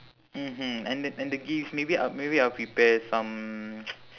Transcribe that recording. mmhmm and the and the gifts maybe I'll maybe I'll prepare some